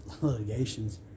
litigations